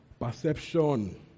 perception